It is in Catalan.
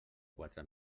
quatre